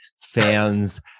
fans